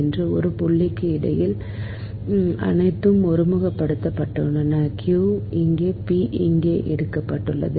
எனவே இந்த புள்ளிக்கு இடையில் அனைத்தும் ஒருமுகப்படுத்தப்பட்டவை q இங்கே p இங்கு எடுக்கப்பட்டது